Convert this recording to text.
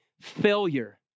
Failure